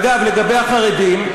אגב, לגבי החרדים,